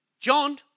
John